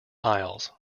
aisles